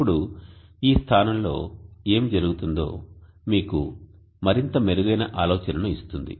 ఇప్పుడు ఈ స్థానం లో ఏమి జరుగుతుందో మీకు మరింత మెరుగైన ఆలోచనను ఇస్తుంది